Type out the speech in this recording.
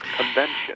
convention